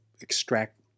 extract